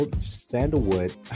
sandalwood